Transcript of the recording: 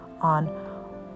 on